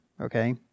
okay